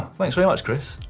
thanks very much, chris.